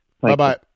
Bye-bye